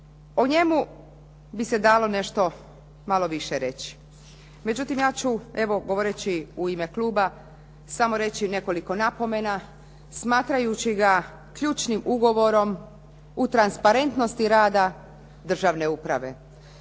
o njemu bi se dalo nešto malo više reći. Međutim, ja ću evo govoreći u ime kluba samo reći nekoliko napomena smatrajući ga ključnim ugovorom u transparentnosti rada državne uprave.